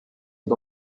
und